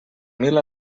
mil